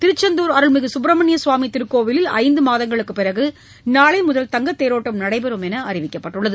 திருச்செந்தூர் அருள்மிகு சுப்பிரமணியசுவாமி திருக்கோவிலில் ஐந்து மாதங்களுக்குப் பிறகு நாளை முதல் தங்கத் தேரோட்டம் நடைபெறும் என்று அறிவிக்கப்பட்டுள்ளது